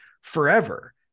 forever